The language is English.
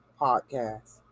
podcast